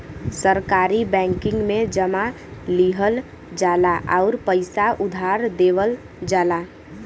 सहकारी बैंकिंग में जमा लिहल जाला आउर पइसा उधार देवल जाला